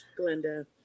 Glenda